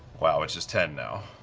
which is ten now.